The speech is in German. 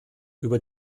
über